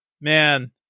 man